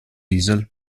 diesel